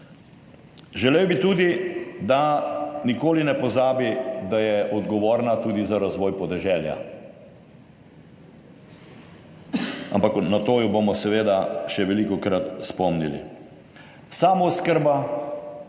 Želel bi tudi, da nikoli ne pozabi, da je odgovorna tudi za razvoj podeželja, ampak na to jo bomo seveda še velikokrat spomnili. Samooskrba,